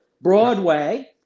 broadway